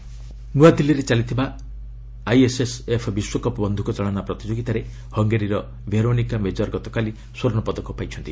ଶ୍ପୁଟିଂ ନ୍ନଆଦିଲ୍ଲୀରେ ଚାଲିଥିବା ଆଇଏସ୍ଏସ୍ଏଫ୍ ବିଶ୍ୱକପ୍ ବନ୍ଧୁକ ଚାଳନା ପ୍ରତିଯୋଗିତାରେ ହଙ୍ଗେରୀର ଭେରୋନିକା ମେଜର ଗତକାଲି ସ୍ୱର୍ଷ୍ଣ ପଦକ ପାଇଛନ୍ତି